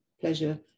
pleasure